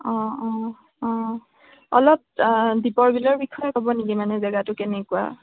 অ' অ' অ' অলপ দীপৰ বিলৰ বিষয়ে ক'ব নেকি মানে জেগাটো কেনেকুৱা